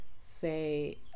say